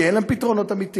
כי אין להם פתרונות אמיתיים.